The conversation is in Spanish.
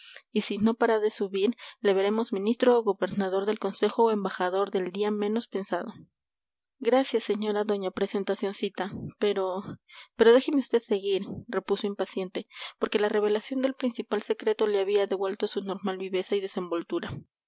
y si no para de subir le veremos ministro o gobernador del consejo o embajador el día menos pensado gracias señora doña presentacioncita pero pero déjeme vd seguir repuso impaciente porque la revelación del principal secreto le había devuelto su normal viveza y desenvoltura